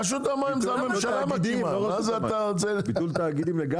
הממשלה מקימה את רשות המים.